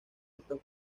estos